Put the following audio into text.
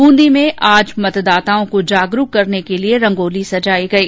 ब्रंदी में आज मतदाताओं को जागरूक करने के लिए रंगोली सजायी गयी